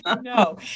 No